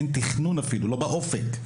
אין תכנון אפילו לא באופק,